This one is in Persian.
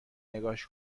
نگاش